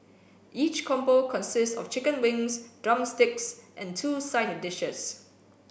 each combo consists of chicken wings drumsticks and two side dishes